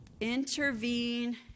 Intervene